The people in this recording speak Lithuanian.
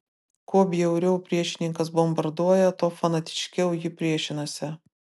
kuo bjauriau priešininkas bombarduoja tuo fanatiškiau ji priešinasi